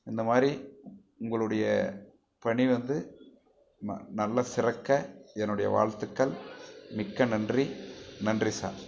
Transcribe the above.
இந்த மாதிரி உங்களுடைய பணி வந்து ம நல்ல சிறக்க என்னுடைய வாழ்த்துக்கள் மிக்க நன்றி நன்றி சார்